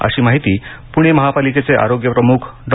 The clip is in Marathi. अशी माहिती पुणे महापालिकेचे आरोग्य प्रमुख डॉ